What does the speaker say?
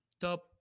top